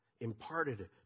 imparted